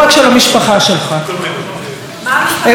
אפשר לחזור ולהיות עם מאוחד,